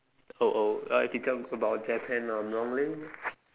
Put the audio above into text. oh oh I become about Japan ah normally